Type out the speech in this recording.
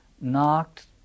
knocked